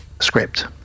script